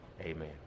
amen